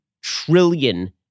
trillion